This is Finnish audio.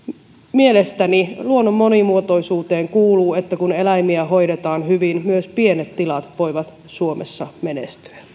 mielestäni luonnon monimuotoisuuteen kuuluu että kun eläimiä hoidetaan hyvin myös pienet tilat voivat suomessa menestyä